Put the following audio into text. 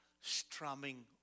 strumming